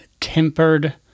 tempered